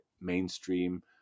mainstream